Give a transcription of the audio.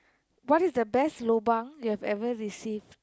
what is the best lobang you have ever received